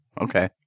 Okay